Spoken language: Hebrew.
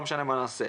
לא משנה מה נעשה.